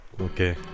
Okay